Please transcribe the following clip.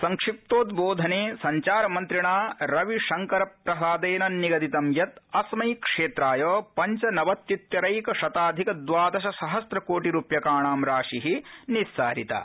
संक्षिप्तोद्वोधने संचार मन्त्रिणा रविशंकर प्रसादेन निगदितं यत् अस्मैक्षेत्राय पंचनवत्युत्तरैकशताधिक द्वादशसहस्र कोटिरूप्यकाणा राशि निस्सारिता